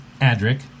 Adric